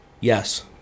yes